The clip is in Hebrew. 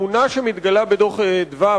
התמונה שמתגלה בדוח "אדוה",